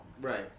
right